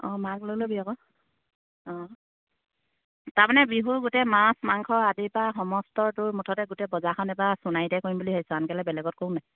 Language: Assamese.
অঁ মাক লৈ ল'বি আকৌ অঁ তাৰমানে বিহুৰ গোটেই মাছ মাংস আদিপা সমস্ত সোণাৰীতে কৰিম বুলি ভাবিছোঁ আনকালে বেলেগত কৰো নাই